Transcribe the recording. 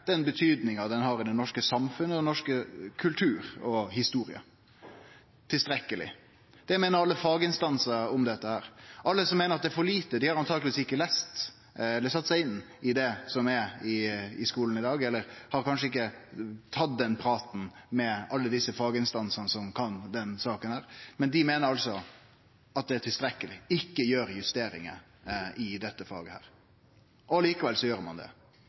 den betydinga kristendomen har i det norske samfunnet og i norsk kultur og historie – tilstrekkeleg. Det meiner alle faginstansar om dette. Alle som meiner at det er for lite, har antakeleg ikkje sett seg inn i korleis det er i skulen i dag, eller har kanskje ikkje tatt den praten med alle desse faginstansane som kan denne saka. Dei meiner altså at det er tilstrekkeleg, at ein ikkje skal gjere justeringar i dette faget. Likevel gjer ein det.